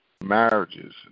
marriages